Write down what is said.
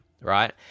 right